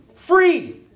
Free